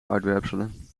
uitwerpselen